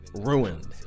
ruined